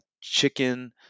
chicken